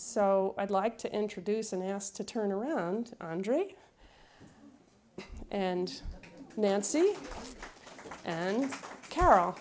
so i'd like to introduce and asked to turn around andre and nancy and carol